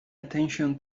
attention